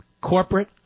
Corporate